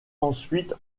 ensuite